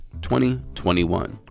2021